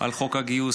עם חוק הגיוס.